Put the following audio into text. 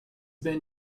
been